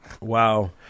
Wow